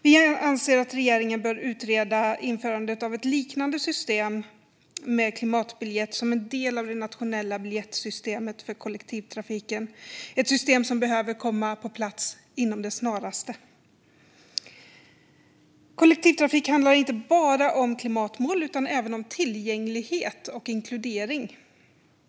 Vi anser att regeringen bör utreda införandet av ett liknande system med klimatbiljett som en del av det nationella biljettsystemet för kollektivtrafiken. Det är ett system som behöver komma på plats inom det snaraste. Kollektivtrafik handlar inte bara om klimatmål utan även om tillgänglighet och inkludering.